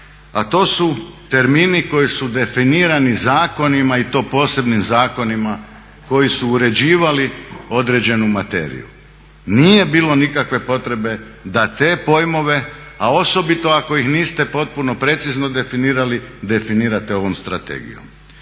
a to su termini koji su definirani zakonima i to posebnim zakonima koji su uređivali određenu materiju. Nije bilo nikakve potrebe da te pojmove, a osobito ako ih niste potpuno precizno definirali definirate ovom strategijom.